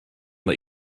let